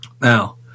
now